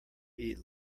eat